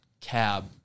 cab